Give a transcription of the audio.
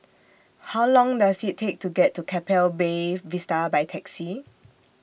How Long Does IT Take to get to Keppel Bay Vista By Taxi